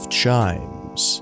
chimes